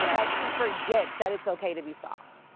yeah that she forgets that it's okay to be soft.